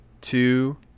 Two